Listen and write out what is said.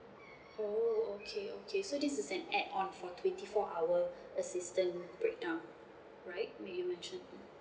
oh okay okay so this is an add on for twenty four hour assistant breakdown right that you mention